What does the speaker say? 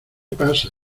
pasa